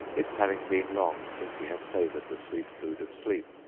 it having been long since he had savoured the sweet food of sleep.